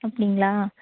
அப்படிங்களா